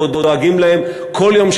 אנחנו דואגים להם כל יום,